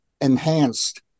enhanced